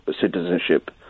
citizenship